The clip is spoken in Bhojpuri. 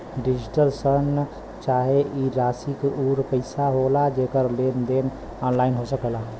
डिजिटल शन चाहे ई राशी ऊ पइसा होला जेकर लेन देन ऑनलाइन हो सकेला